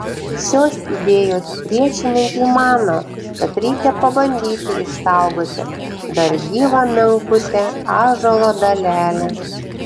šios idėjos priešininkai mano kad reikia pabandyti išsaugoti dar gyvą menkutę ąžuolo dalelę